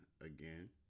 again